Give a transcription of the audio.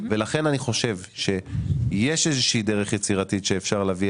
לכן אני חושב שיש איזושהי דרך יצירתית שאפשר להביא